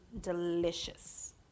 delicious